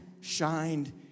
shined